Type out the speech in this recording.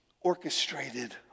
orchestrated